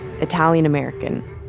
Italian-American